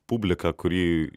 publika kurį